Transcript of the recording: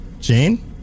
Jane